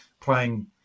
playing